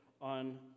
on